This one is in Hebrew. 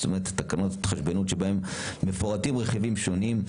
זאת אומרת תקנות ההתחשבנות שבהן מפורטים רכיבים שונים,